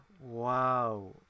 Wow